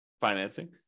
financing